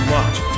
Watch